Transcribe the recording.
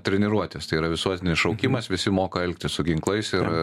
treniruotės tai yra visuotinis šaukimas visi moka elgtis su ginklais ir